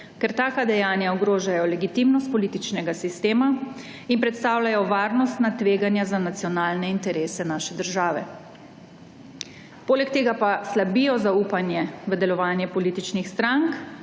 ker taka dejanja ogrožajo legitimnost političnega sistema in predstavljajo varnostna tveganja za nacionalne interese naše države. Polega tega pa slabijo zaupanje v delovanje političnih strank